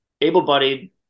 able-bodied